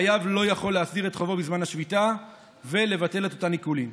חייב לא יכול להסדיר את חובו בזמן השביתה ולבטל את אותם עיקולים.